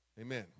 Amen